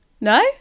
No